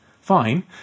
fine